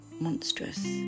monstrous